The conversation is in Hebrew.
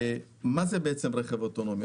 מה זה רכב אוטונומי?